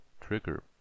Trigger